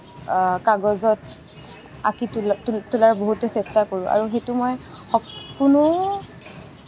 কাগজত আঁকি তোলাৰ বহুতো চেষ্টা কৰোঁ আৰু সেইটো মই সকলো